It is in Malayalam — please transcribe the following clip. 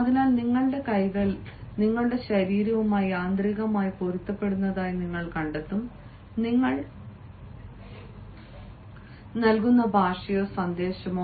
അതിനാൽ നിങ്ങളുടെ കൈകൾ നിങ്ങളുടെ ശരീരവുമായി യാന്ത്രികമായി പൊരുത്തപ്പെടുന്നതായി നിങ്ങൾ കണ്ടെത്തും നിങ്ങൾ നൽകുന്ന ഭാഷയോ സന്ദേശമോ